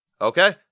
Okay